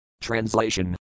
Translation